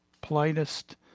politest